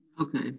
Okay